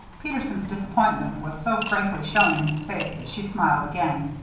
peterson's disappointment was so frankly shown in his face that she smiled again.